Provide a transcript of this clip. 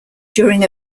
during